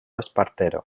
espartero